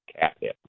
catnip